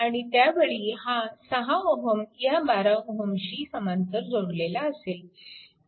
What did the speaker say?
आणि त्यावेळी हा 6Ω ह्या 12Ω शी समांतर जोडलेला असेल